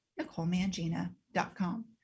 NicoleMangina.com